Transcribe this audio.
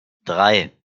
drei